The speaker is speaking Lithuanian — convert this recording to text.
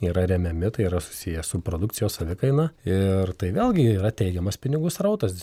yra remiami tai yra susiję su produkcijos savikaina ir tai vėlgi yra teigiamas pinigų srautas